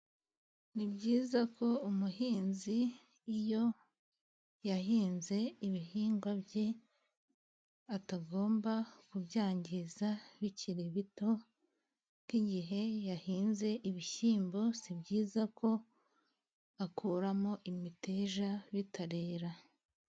Ni byiza ko umuhinzi iyo yahinze ibihingwa bye atagomba kubyangiza bikiri bito, nk'igihe yahinze ibishyimbo, si byiza ko akuramo imiteja bitarera.